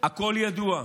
הכול ידוע,